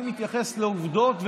אני מתייחס לעובדות,